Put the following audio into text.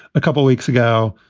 a couple weeks ago,